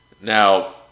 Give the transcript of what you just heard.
Now